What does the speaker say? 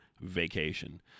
vacation